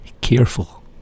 careful